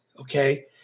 Okay